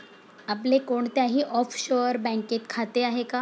आपले कोणत्याही ऑफशोअर बँकेत खाते आहे का?